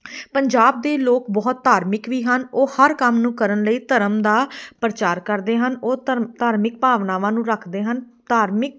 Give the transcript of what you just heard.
ਪੰਜਾਬ ਦੇ ਲੋਕ ਬਹੁਤ ਧਾਰਮਿਕ ਵੀ ਹਨ ਉਹ ਹਰ ਕੰਮ ਨੂੰ ਕਰਨ ਲਈ ਧਰਮ ਦਾ ਪ੍ਰਚਾਰ ਕਰਦੇ ਹਨ ਉਹ ਧਰਮ ਧਾਰਮਿਕ ਭਾਵਨਾਵਾਂ ਨੂੰ ਰੱਖਦੇ ਹਨ ਧਾਰਮਿਕ